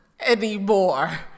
anymore